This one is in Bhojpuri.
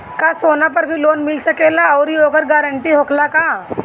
का सोना पर भी लोन मिल सकेला आउरी ओकर गारेंटी होखेला का?